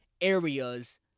areas